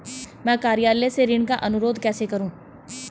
मैं कार्यालय से ऋण का अनुरोध कैसे करूँ?